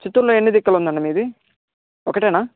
చిత్తూరులో ఎన్ని దిక్కులు ఉదండి మీది ఒకటేనా